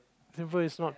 simple it's not